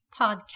Podcast